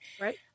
right